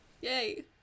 Yay